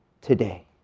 today